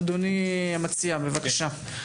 אדוני המציע, בבקשה.